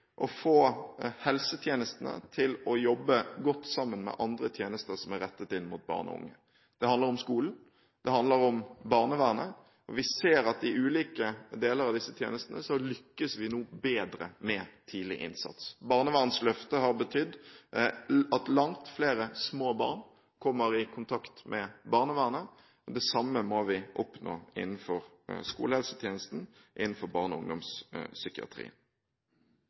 å få helsetjenestene til å jobbe godt sammen med andre tjenester som er rettet inn mot barn og unge. Det handler om skolen, og det handler om barnevernet. Vi ser at i ulike deler av disse tjenestene lykkes vi nå bedre med tidlig innsats. Barnevernsløftet har betydd at langt flere små barn kommer i kontakt med barnevernet. Det samme må vi oppnå innenfor skolehelsetjenesten og innenfor barne- og